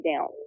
down